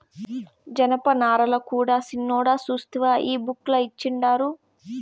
జనపనారల కూడా సిన్నోడా సూస్తివా ఈ బుక్ ల ఇచ్చిండారు